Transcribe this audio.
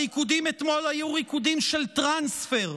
הריקודים אתמול היו ריקודים של טרנספר,